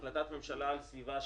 החלטת ממשלה על סביבה שווה.